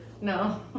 no